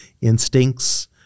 instincts